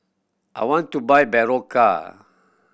I want to buy Berocca